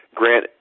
grant